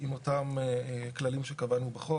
עם אותם כללים שקבענו בחוק.